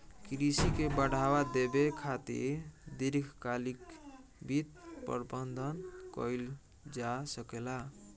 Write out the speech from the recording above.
कृषि के बढ़ावा देबे खातिर दीर्घकालिक वित्त प्रबंधन कइल जा सकेला